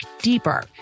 deeper